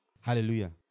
Hallelujah